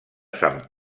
sant